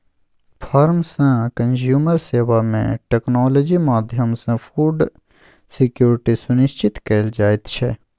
farm सँ consumer सेबा मे टेक्नोलॉजी माध्यमसँ फुड सिक्योरिटी सुनिश्चित कएल जाइत छै